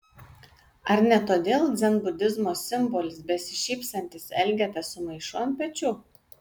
ar ne todėl dzenbudizmo simbolis besišypsantis elgeta su maišu ant pečių